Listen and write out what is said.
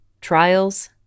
trials